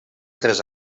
tres